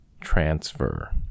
transfer